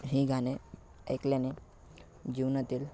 ही गाणे ऐकल्याने जीवनातील